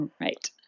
Right